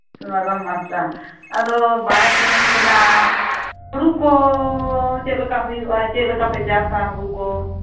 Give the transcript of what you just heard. ᱥᱩᱱᱟᱹᱨᱟᱢ ᱦᱟᱸᱥᱫᱟ ᱟᱫᱚ ᱵᱟᱲᱟᱭ ᱥᱟᱱᱟᱧ ᱠᱟᱱᱟ ᱦᱩᱲᱩ ᱠᱚ ᱪᱮᱫᱞᱮᱠᱟ ᱦᱩᱭᱩᱜᱼᱟ ᱪᱮᱫᱞᱮᱠᱟ ᱯᱮ ᱪᱟᱥᱟ ᱦᱩᱲᱩ ᱠᱚ